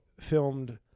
filmed